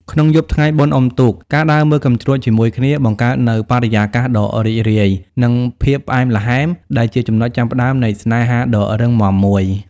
ក្នុងយប់ថ្ងៃបុណ្យអុំទូក ការដើរមើលកាំជ្រួចជាមួយគ្នា បង្កើតនូវបរិយាកាសដ៏រីករាយ និងភាពផ្អែមល្ហែម ដែលជាចំណុចចាប់ផ្ដើមនៃស្នេហាដ៏រឹងមាំមួយ។